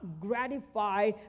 gratify